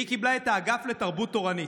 והיא קיבלה את האגף לתרבות תורנית,